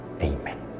Amen